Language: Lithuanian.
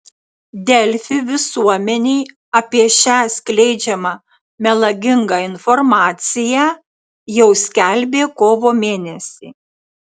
delfi visuomenei apie šią skleidžiamą melagingą informaciją jau skelbė kovo mėnesį